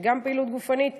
וגם זה פעילות גופנית.